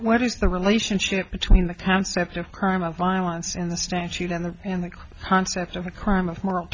what is the relationship between the concept of crime of violence in the statute and the and the concept of a crime of moral